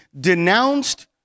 denounced